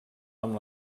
amb